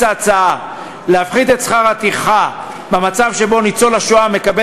ההצעה להפחית את שכר הטרחה במצב שבו ניצול השואה מקבל